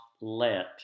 let